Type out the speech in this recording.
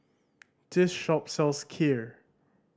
this shop sells Kheer